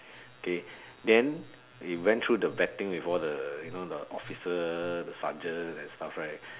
okay then they went through the vetting with all the you know the officer the sergeant and stuff right